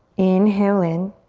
inhale in.